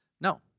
No